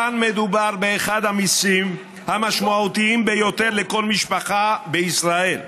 כאן מדובר באחד המיסים המשמעותיים ביותר לכל משפחה בישראל,